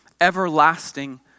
everlasting